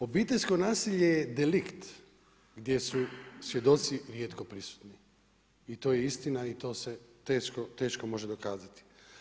Obiteljsko nasilje je delikt gdje su svjedoci rijetko prisutni i to je istina i to se teško može dokazati.